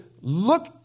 look